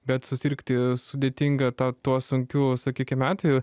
bet susirgti sudėtinga ta tuo sunkiu sakykime atveju